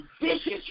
vicious